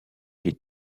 les